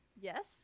yes